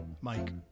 Mike